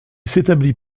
s’établit